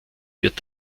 wird